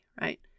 right